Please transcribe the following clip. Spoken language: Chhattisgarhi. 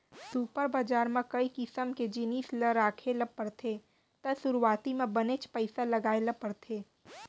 सुपर बजार म कई किसम के जिनिस ल राखे ल परथे त सुरूवाती म बनेच पइसा लगाय ल परथे